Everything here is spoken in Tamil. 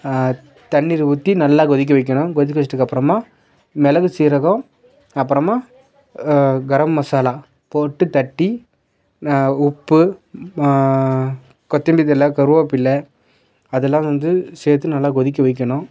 தண்ணீர் ஊற்றி நல்லா கொதிக்க வைக்கணும் கொதிக்க வைச்சதுக்கு அப்புறமா மிளகு சீரகம் அப்புறமா கரம் மசாலா போட்டு தட்டி உப்பு கொத்தமல்லி தழை கருவேப்பில்லை அதெல்லாம் வந்து சேர்த்து நல்லா கொதிக்க வைக்கணும்